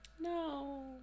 No